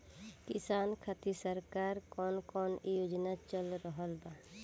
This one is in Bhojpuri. किसान खातिर सरकार क कवन कवन योजना चल रहल बा?